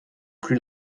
plus